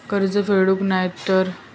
कर्ज फेडूक नाय तर?